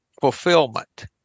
fulfillment